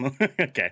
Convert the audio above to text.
okay